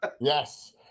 Yes